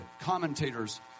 commentators